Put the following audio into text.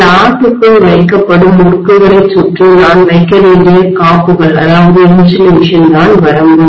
ஸ்லாட்டுக்குள் வைக்கப்படும் முறுக்குகளைச் சுற்றி நான் வைக்க வேண்டிய காப்புக்கள்இன்சுலேஷன் தான் வரம்பு